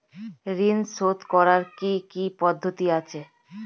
ঋন শোধ করার কি কি পদ্ধতি আছে?